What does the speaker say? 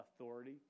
authority